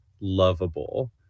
lovable